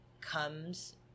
comes